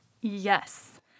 Yes